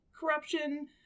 Corruption